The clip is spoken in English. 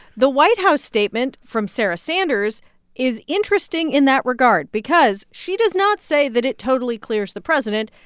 the white house statement from sarah sanders is interesting in that regard because she does not say that it totally clears the president.